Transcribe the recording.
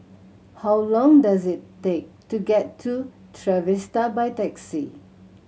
how long does it take to get to Trevista by taxi